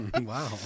Wow